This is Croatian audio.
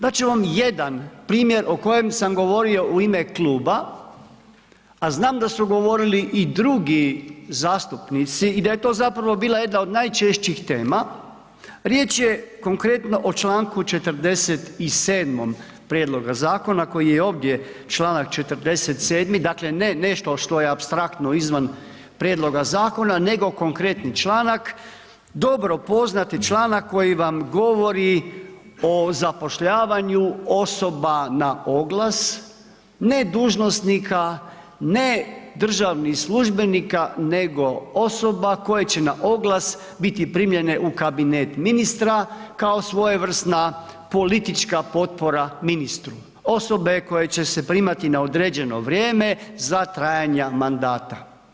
Dati ću vam jedan primjer o kojem sam govorio u ime kluba a znam da su govorili i drugi zastupnici i da je to zapravo bila jedna od najčešćih tema, riječ je konkretno o članku 47. prijedloga zakona koji je ovdje članak 47. dakle ne nešto što je apstraktno izvan prijedloga zakona nego konkretni članak dobro poznati članak koji vam govori o zapošljavanju osoba na oglas, ne dužnosnika, ne državnih službenika nego osoba koje će na oglas biti primljene u kabinet ministra kao svojevrsna politička potpora ministru, osobe koje će se primati na određeno vrijeme za trajanja mandata.